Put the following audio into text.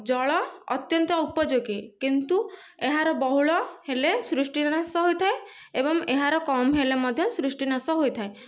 ଜଳ ଅତ୍ୟନ୍ତ ଉପୋଯୋଗୀ କିନ୍ତୁ ଏହାର ବହୁଳ ହେଲେ ସୃଷ୍ଟିର ନାଶ ହୋଇଥାଏ ଏବଂ ଏହାର କମ୍ ହେଲେ ମଧ୍ୟ ସୃଷ୍ଟି ନାଶ ହୋଇଥାଏ